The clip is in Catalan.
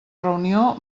reunió